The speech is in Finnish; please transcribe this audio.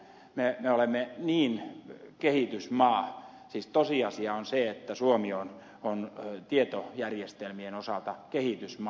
me olemme niin kehitysmaa siis tosiasia on se että suomi on tietojärjestelmien osalta kehitysmaa